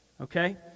okay